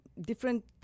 different